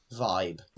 vibe